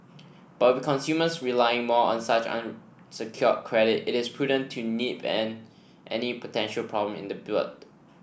but with consumers relying more on such unsecured credit it is prudent to nip any potential problem in the